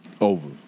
Over